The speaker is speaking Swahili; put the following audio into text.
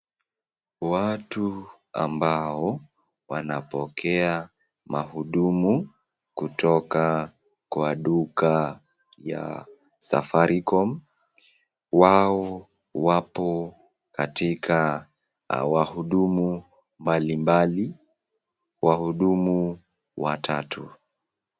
Watu ambao wanapokea mahudumu kutoka kwa duka ya safaricom , wao wapo katika wahudumu mbalimbali, wahudumu watatu.